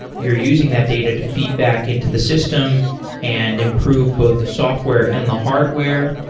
you're using that data to feed back into the system and improve both the software and the hardware.